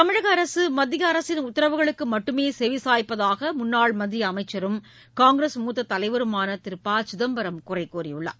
தமிழக அரசு மத்திய அரசின் உத்தரவுகளுக்கு மட்டுமே செவி சாய்ப்பதாக முன்னாள் மத்திய அமைச்சரும் காங்கிரஸ் மூத்த தலைவருமான திரு ப சிதம்பரம் கூறியுள்ளார்